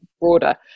broader